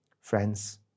Friends